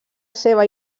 seva